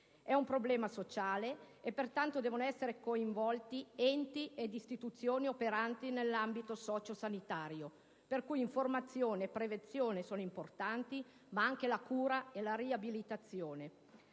È un problema sociale e pertanto devono essere coinvolti enti ed istituzioni operanti nell'ambito sociosanitario. L'informazione e la prevenzione in questo caso sono importanti, ma anche la cura e la riabilitazione.